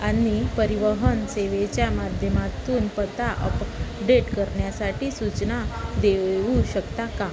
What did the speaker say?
आणि परिवहन सेवेच्या माध्यमातून पत्ता अप डेट करण्यासाठी सूचना दे ऊ शकता का